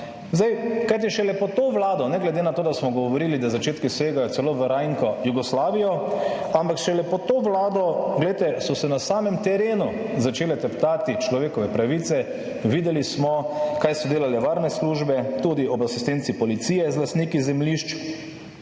Zdaj, kajti šele pod to Vlado, ne glede na to, da smo govorili, da začetki segajo celo v rajnko Jugoslavijo, ampak šele pod to Vlado, glejte, so se na samem terenu začele teptati človekove pravice. Videli smo kaj so delale varne službe, tudi ob asistenci policije z lastniki zemljišč